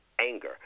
anger